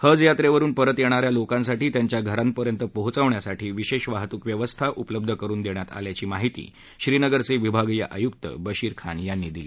हज यात्रेवरून परत येणा या लोकांसाठी त्यांच्या घरापर्यंत पोचवण्यासाठी विशेष वाहतुकव्यवस्था उपलब्ध करुन देण्यात आल्याची माहिती श्रीनगरचे विभागीय आयुक्त बशीर खान यांनी दिली